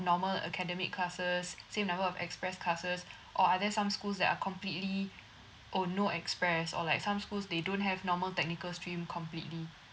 normal academic classes same number of express classes or are there some schools that are completely oh no express or like some schools they don't have normal technical stream completely